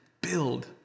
build